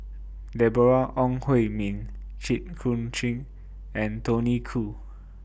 Deborah Ong Hui Min Jit Koon Ch'ng and Tony Khoo